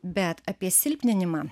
bet apie silpninimą